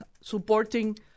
supporting